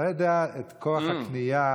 אתה יודע את כוח הקנייה,